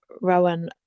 Rowan